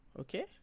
Okay